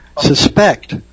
suspect